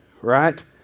right